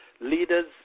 Leaders